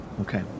okay